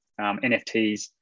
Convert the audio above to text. NFTs